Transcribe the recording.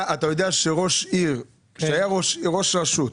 אתה יודע שראש עיר שהיה ראש רשות,